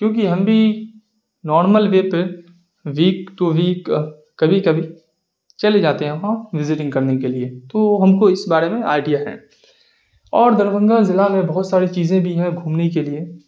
کیوں کہ ہم بھی نارمل وے پہ ویک ٹو ویک کبھی کبھی چلے جاتے ہیں وہاں وزٹنگ کرنے کے لیے تو ہم کو اس بارے میں آئیڈیا ہے اور دربھنگہ ضلع میں بہت ساری چیزیں بھی ہیں گھومنے کے لیے